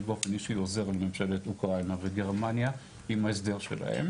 אני באופן אישי עוזר לממשלת הונגריה וגרמניה עם ההסדר שלהם,